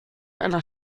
einer